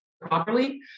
properly